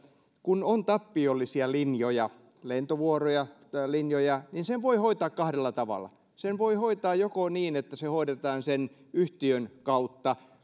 kun on tappiollisia linjoja lentovuoroja niin sen voi hoitaa kahdella tavalla sen voi hoitaa niin että se hoidetaan sen yhtiön kautta